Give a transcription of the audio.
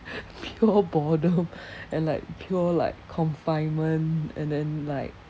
pure boredom and like pure like confinement and then like